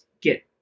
get